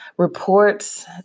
Reports